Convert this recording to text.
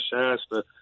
Shasta